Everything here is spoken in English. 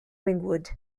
ringwood